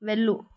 వెళ్ళు